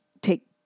take